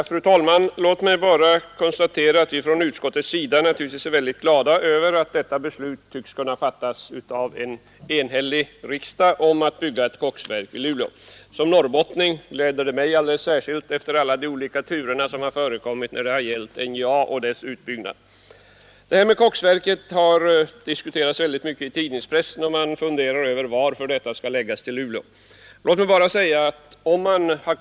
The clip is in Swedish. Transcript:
Fru talman! Låt mig först konstatera att vi i utskottet naturligtvis är mycket glada över att beslutet om att bygga ett koksverk i Luleå tycks kunna fattas av en enhällig riksdag. Som norrbottning gläder jag mig alldeles särskilt över detta efter alla olika turer som förekommit när det gäller NJA:s utbyggnad. Det föreslagna koksverket har diskuterats mycket i pressen, där man har undrat över vad som är anledning till att det skall förläggas till Luleå.